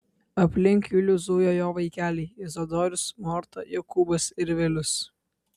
aplink julių zujo jo vaikeliai izidorius morta jokūbas ir vilius